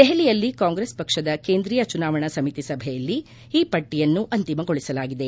ದೆಪಲಿಯಲ್ಲಿ ಕಾಂಗ್ರೆಸ್ ಪಕ್ಷದ ಕೇಂದ್ರೀಯ ಚುನಾವಣಾ ಸಮಿತಿ ಸಭೆಯಲ್ಲಿ ಈ ಪಟ್ಟಯನ್ನು ಅಂತಿಮಗೊಳಿಸಲಾಗಿದೆ